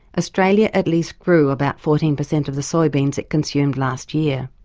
australia at least grew about fourteen percent of the soybeans it consumed last year.